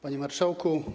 Panie Marszałku!